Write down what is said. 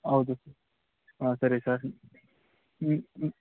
ಹೌದು ಹಾಂ ಸರಿ ಸರ್